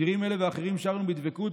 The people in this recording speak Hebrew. שירים אלה ואחרים שרנו בדבקות,